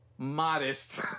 Modest